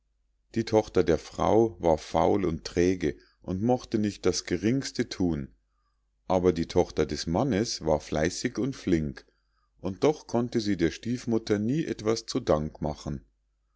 die tochter der frau war faul und träge und mochte nicht das geringste thun aber die tochter des mannes war fleißig und flink und doch konnte sie der stiefmutter nie etwas zu dank machen